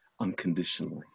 unconditionally